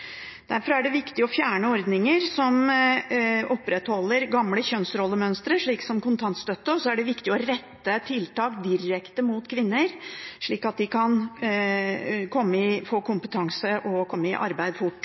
Derfor er det viktig å fjerne ordninger som opprettholder gamle kjønnsrollemønstre, slik som kontantstøtte, og det er viktig å rette tiltak direkte mot kvinner, slik at de kan få kompetanse og komme i arbeid fort,